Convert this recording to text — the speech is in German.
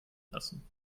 lassen